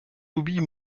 louis